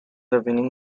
winning